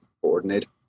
coordinate